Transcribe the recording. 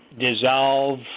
dissolve